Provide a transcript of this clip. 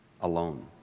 alone